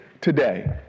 today